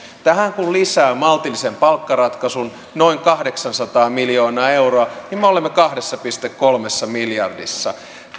tähän kun lisää maltillisen palkkaratkaisun noin kahdeksansataa miljoonaa euroa niin me olemme kahdessa pilkku kolmessa miljardissa